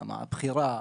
על בחירה,